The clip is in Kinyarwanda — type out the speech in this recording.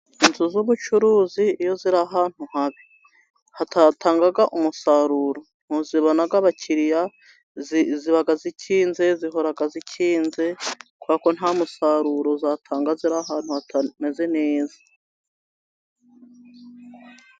Inzu z'ubucuruzi iyo ziri ahantu habi hatatanga umusaruro ntabwo zibona abakiriya, ziba zikinze zihora zikinze kubera ko nta musaruro zatanga ziri ahantu hatameze neza.